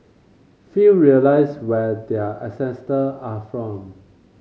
few realise where their ancestors are from